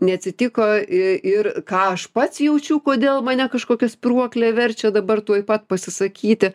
neatsitiko i ir ką aš pats jaučiu kodėl mane kažkokia spyruoklė verčia dabar tuoj pat pasisakyti